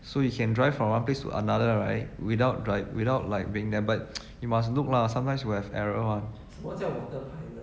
so you can drive from one place to another right without like without like being there but you must look lah sometimes will have error [one]